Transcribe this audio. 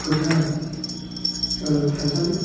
गोथार थानसालि